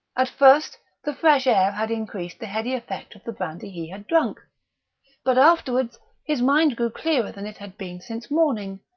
at first, the fresh air had increased the heady effect of the brandy he had drunk but afterwards his mind grew clearer than it had been since morning.